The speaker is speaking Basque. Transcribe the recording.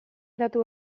datu